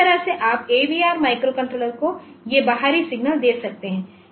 तो इस तरह से आप AVR माइक्रोकंट्रोलर्स को ये बाहरी सिग्नल दे सकते हैं